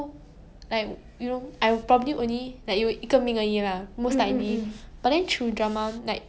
that kind of thing so I think when I was younger I really use drama to like 想 like 以后要装什么